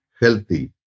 healthy